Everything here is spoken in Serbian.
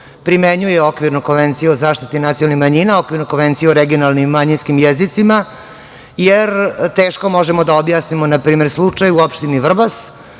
primenjuje Okvirnu konvenciju o zaštiti nacionalnih manjina, Okvirnu konvenciju o regionalnim manjinskim jezicima, jer teško možemo da objasnimo slučaj, na primer, u opštini Vrbas,